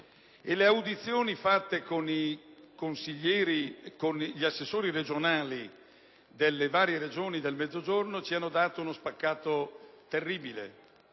e Gallo, degli assessori regionali delle varie Regioni del Mezzogiorno, che ci hanno dato uno spaccato terribile.